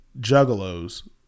Juggalos